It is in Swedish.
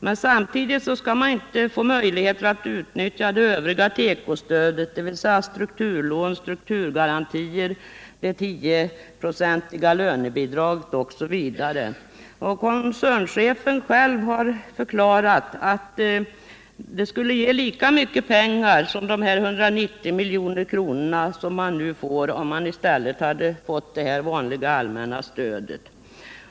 Men samtidigt skall man inte få möjligheter att utnyttja det övriga tekostödet, dvs. strukturlån, strukturgarantier, det 10 procentiga lönebidraget osv. Koncernchefen själv har förklarat att det skulle ge lika mycket pengar som de 190 miljonerna man nu får, om man i stället fått det vanliga allmänna stödet.